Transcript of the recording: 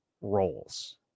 roles